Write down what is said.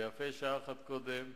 ויפה שעה אחת קודם,